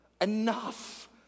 Enough